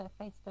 Facebook